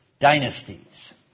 dynasties